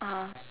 uh